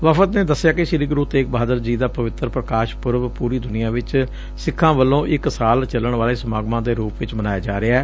ਵਫ਼ਦ ਨੇ ਦੱਸਿਆ ਕਿ ਸ੍ਰੀ ਗੁਰੁ ਤੇਗ ਬਹਾਦਰ ਜੀ ਦਾ ਪਵਿੱਤਰ ਪ੍ਰਕਾਸ਼ ਪੁਰਬ ਪੁਰੀ ਦੁਨੀਆ ਵਿਚ ਸਿੱਖਾਂ ਵੱਲੋਂ ਇੱਕ ਸਾਲ ਚੱਲਣ ਵਾਲੇ ਸਮਾਗਮਾਂ ਦੇ ਰੂਪ ਵਿਚ ਮਨਾਇਆ ਜਾ ਰਿਹੈ